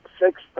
six